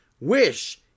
wish